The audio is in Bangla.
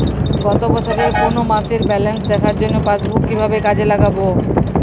গত বছরের কোনো মাসের ব্যালেন্স দেখার জন্য পাসবুক কীভাবে কাজে লাগাব?